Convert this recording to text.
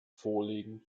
vorlegen